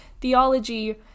theology